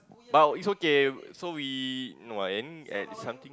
but is okay so we no I aim at something